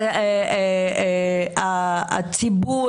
הציבור